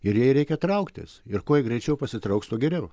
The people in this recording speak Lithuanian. ir jai reikia trauktis ir kuo ji greičiau pasitrauks tuo geriau